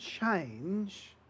change